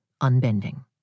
unbending